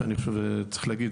שאני חושב שצריך להגיד,